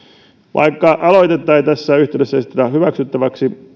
vaikka aloitetta ei tässä yhteydessä esitetä hyväksyttäväksi